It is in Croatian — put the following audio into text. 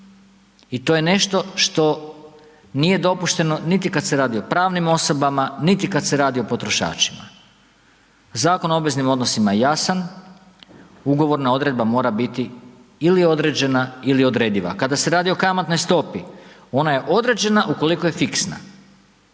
i to je nešto što nije dopušteno niti kada se radi o pravnim osobama, niti kada se radi o potrošačima. Zakon o obveznim odnosima je jasan, ugovorna odredba mora biti ili određena ili odrediva. Kada se radi o kamatnoj stopi ona je određena ukoliko je fiksna,